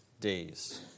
days